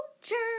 future